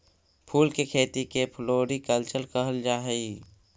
फूल के खेती के फ्लोरीकल्चर कहल जा हई